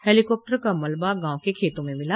helicopter का मलबा गांव के खेतों में मिला